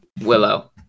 Willow